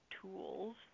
Tools